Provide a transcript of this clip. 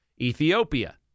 Ethiopia